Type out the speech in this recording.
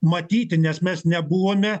matyti nes mes nebuvome